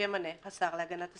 שימנה השר להגנת הסביבה,